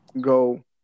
Go